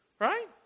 right